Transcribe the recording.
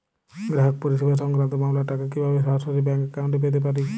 গ্রাহক পরিষেবা সংক্রান্ত মামলার টাকা কীভাবে সরাসরি ব্যাংক অ্যাকাউন্টে পেতে পারি?